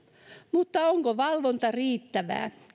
mutta onko valvonta riittävää